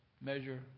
measure